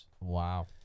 Wow